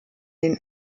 den